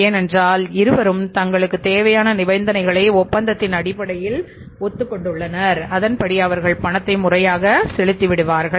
ஏனென்றால் இருவரும் தங்களுக்கு தேவையான நிபந்தனைகளை ஒப்பந்தத்தின் அடிப்படையில் ஒத்துக் கொண்டுள்ளனர் அதன்படி அவர்கள் பணத்தை முறையாக செலுத்தி விடுவார்கள்